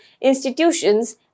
institutions